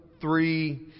three